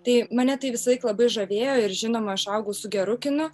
tai mane tai visąlaik labai žavėjo ir žinoma aš augau su geru kinu